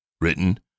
Written